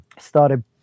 started